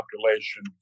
population